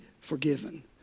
forgiven